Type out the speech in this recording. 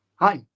Hi